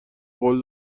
قول